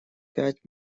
пять